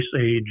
age